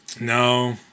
No